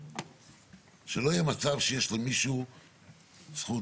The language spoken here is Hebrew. שלא יהיה מצב שיש למישהו זכות,